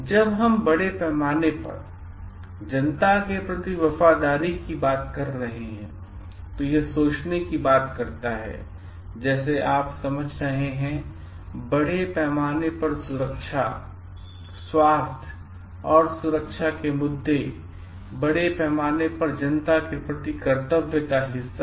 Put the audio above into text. जब हम बड़े पैमाने पर जनता के प्रति वफादारी बात कर रहे हैं तो यह सोचने की बात करता है जैसे आप समझ रहे हैं बड़े पैमाने पर सुरक्षा स्वास्थ्य और सुरक्षा के मुद्दे और बड़े पैमाने पर जनता के प्रति प्रति कर्तव्य का हिस्सा हैं